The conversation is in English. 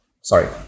Sorry